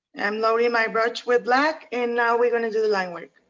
i'm loading my brush with black and now we're gonna do line work.